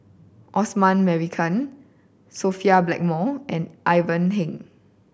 Osman Merican Sophia Blackmore and Ivan Heng